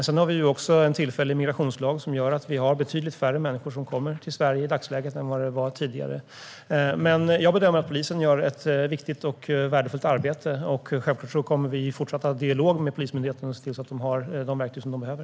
Sedan har vi också en tillfällig migrationslag som gör att det är betydligt färre människor som kommer till Sverige i dagsläget än tidigare. Jag bedömer att polisen gör ett viktigt och värdefullt arbete. Självklart kommer vi att fortsätta att ha en dialog med Polismyndigheten så att man har de verktyg som man behöver.